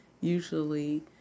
usually